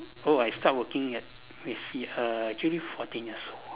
oh I start working at let me see uh actually fourteen years old